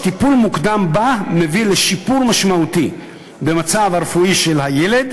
טיפול מוקדם בה מביא לשיפור משמעותי במצב הרפואי של הילד,